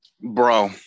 bro